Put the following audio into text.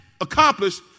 accomplished